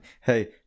Hey